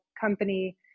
company